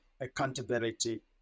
accountability